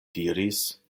diris